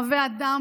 אוהבי אדם,